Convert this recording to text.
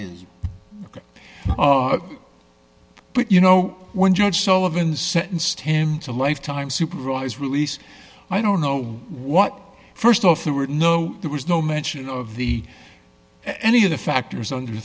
ok but you know when judge sullivan sentenced him to lifetime supervised release i don't know what st off there were no there was no mention of the any of the factors